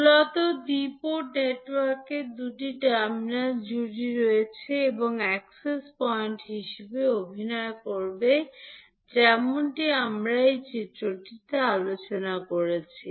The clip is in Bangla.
মূলত দ্বি পোর্ট নেটওয়ার্কের দুটি টার্মিনাল জুড়ি রয়েছে এবং অ্যাক্সেস পয়েন্ট হিসাবে অভিনয় করে যেমনটি আমরা এই চিত্রটিতে আলোচনা করেছি